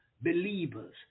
believers